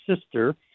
sister